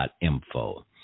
info